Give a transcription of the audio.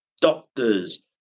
Doctors